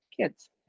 kids